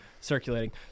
circulating